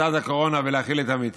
לצד הקורונה ולהכיל את המתים.